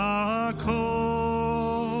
ויעקב,